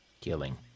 Killing